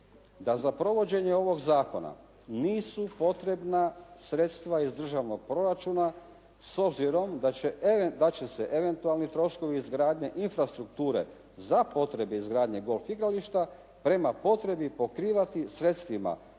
da za provođenje ovog zakona nisu potrebna sredstva iz državnog proračuna s obzirom da će se eventualni troškovi izgradnje infrastrukture za potrebe izgradnje golf igrališta prema potrebi pokrivati sredstvima